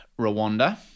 Rwanda